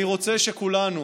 אני רוצה שכולנו